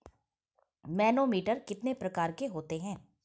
Manometer कितने प्रकार के होते हैं?